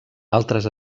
altres